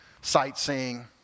sightseeing